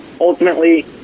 ultimately